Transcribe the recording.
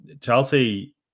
Chelsea